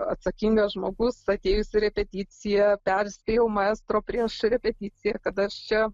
atsakingas žmogus atėjus į repeticiją perspėjau maestro prieš repeticiją kad aš čia